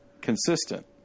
consistent